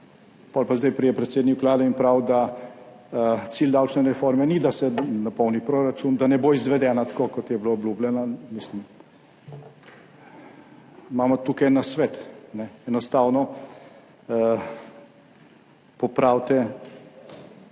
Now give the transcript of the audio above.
potem pa zdaj pride predsednik Vlade in pravi, da cilj davčne reforme ni, da se napolni proračun, da ne bo izvedena tako, kot je bilo obljubljeno. Imamo tukaj en nasvet. Enostavno popravite